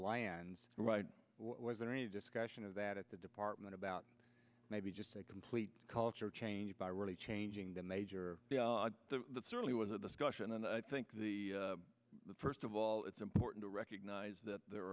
lands right where is there any discussion of that at the department about maybe just a complete culture change by really changing the major certainly was a discussion and i think the first of all it's important to recognize that there